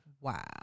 Wow